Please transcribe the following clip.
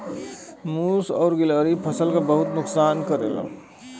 मुस और गिलहरी फसल क बहुत नुकसान करेले